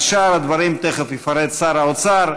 על שאר הדברים תכף יפרט שר האוצר,